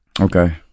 Okay